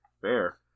fair